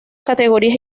categorías